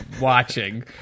watching